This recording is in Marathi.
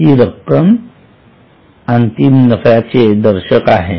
ती रक्कम अंतिम नफ्याचे दर्शक आहे